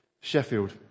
Sheffield